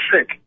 sick